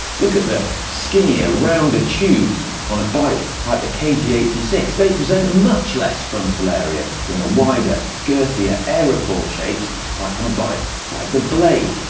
look at the skinnier, rounder tubes on a bike like the k g eight six, they present much less frontal area than the wider, girthier, aerofoil shapes like on a bike like the blade.